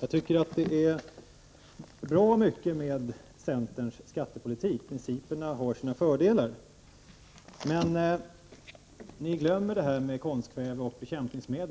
Jag tycker att det är mycket som är bra i centerns skattepolitik. Principerna har sina fördelar. Men ni glömmer detta med konstkväve och bekämpningsmedel.